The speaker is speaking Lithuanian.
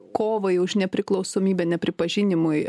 kovai už nepriklausomybę nepripažinimui